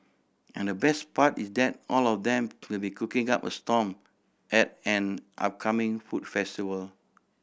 and the best part is that all of them will be cooking up a storm at an upcoming food festival